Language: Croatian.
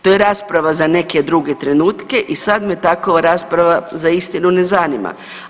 To je rasprava za neke druge trenutke i sad me takva rasprava za istinu ne zanima.